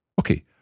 Okay